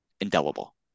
indelible